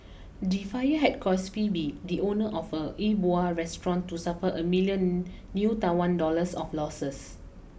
the fire had caused Phebe the owner of a E Bua restaurant to suffer a million new Taiwan dollars of losses